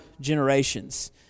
generations